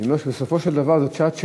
אני אומר שבסופו של דבר זו שעת שאלות,